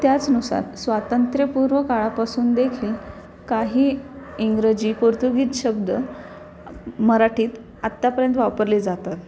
त्याचनुसार स्वातंत्र्यपूर्व काळापासून देखील काही इंग्रजी पोर्तुगीज शब्द मराठीत आत्तापर्यंत वापरले जातात